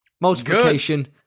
multiplication